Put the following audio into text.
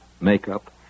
makeup